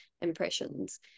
impressions